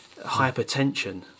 hypertension